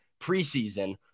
preseason